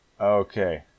Okay